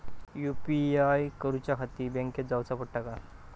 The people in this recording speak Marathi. यू.पी.आय करूच्याखाती बँकेत जाऊचा पडता काय?